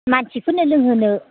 मानसिफोरनो लोंहोनो